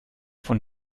von